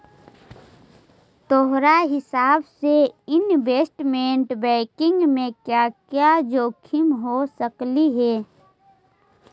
तोहार हिसाब से इनवेस्टमेंट बैंकिंग में क्या क्या जोखिम हो सकलई हे